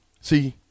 See